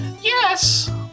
Yes